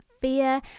fear